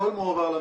הכל מועבר למשטרה.